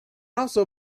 also